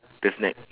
the snack